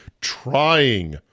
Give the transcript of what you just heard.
trying